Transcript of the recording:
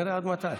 נראה עד מתי.